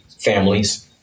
families